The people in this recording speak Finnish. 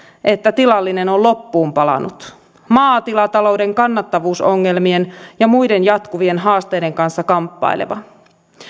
että tilallinen on loppuun palanut maatilatalouden kannattavuusongelmien ja muiden jatkuvien haasteiden kanssa kamppaileva